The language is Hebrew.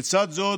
לצד זאת,